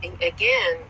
again